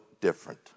different